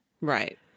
Right